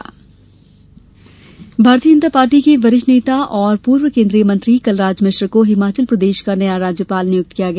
हिमाचल राज्यपाल भारतीय जनता पार्टी के वरिष्ठ नेता पूर्व केन्द्रीय मंत्री कलराज मिश्र को हिमाचल प्रदेश का नया राज्यपाल नियुक्त किया गया